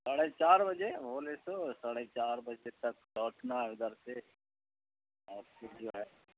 ساڑھے چار بجے بولے تو ساڑھے چار بجے تک لوٹنا ادھر سے اور پھر جو ہے